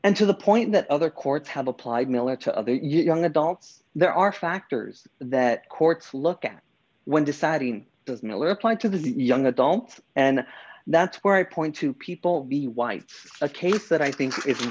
and to the point that other courts have applied miller to other young adults there are factors that courts look at when deciding does millepied to the young adults and that's where i point to people be white's a case that i think it's